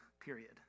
period